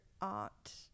art